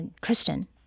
Kristen